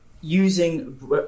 using